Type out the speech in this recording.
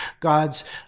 God's